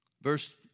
Verse